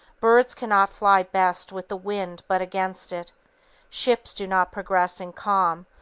birds cannot fly best with the wind but against it ships do not progress in calm,